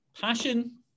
passion